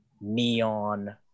neon